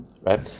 right